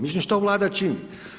Mislim što Vlada čini?